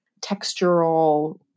textural